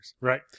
Right